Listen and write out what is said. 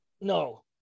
No